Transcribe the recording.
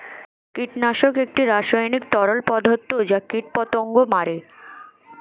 কীটনাশক একটি রাসায়নিক তরল পদার্থ যা কীটপতঙ্গ মারে